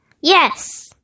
Yes